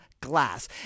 Glass